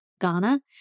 Ghana